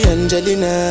Angelina